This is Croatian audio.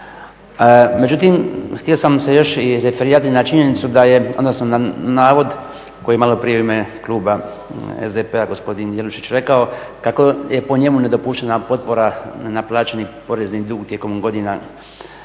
Međutim, htio sam se još i referirati na činjenicu da je, odnosno na navod koji je maloprije u ime kluba SDP-a gospodin Jelušić rekao, kako je po njemu nedopuštena potpora nenaplaćeni porezni dug tijekom godina